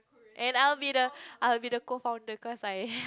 and I will be the I will be the co founder cause I